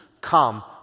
come